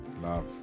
Love